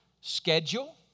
Schedule